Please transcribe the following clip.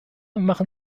machen